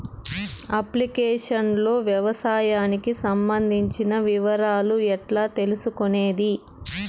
Application లో వ్యవసాయానికి సంబంధించిన వివరాలు ఎట్లా తెలుసుకొనేది?